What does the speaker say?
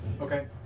Okay